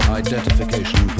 identification